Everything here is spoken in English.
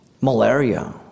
malaria